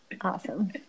awesome